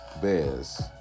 Bears